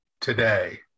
today